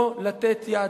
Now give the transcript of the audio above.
לא לתת יד,